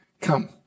come